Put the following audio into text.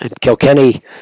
Kilkenny